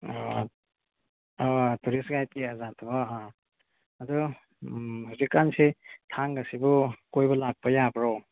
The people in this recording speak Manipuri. ꯑꯥ ꯑꯥ ꯇꯨꯔꯤꯁ ꯒꯥꯏꯠꯀꯤ ꯑꯖꯥꯗꯇꯣ ꯑꯗꯣ ꯍꯧꯖꯤꯛꯀꯥꯟꯁꯤ ꯊꯥꯡꯒꯁꯤꯕꯨ ꯀꯣꯏꯕ ꯂꯥꯛꯄ ꯌꯥꯕ꯭ꯔꯣ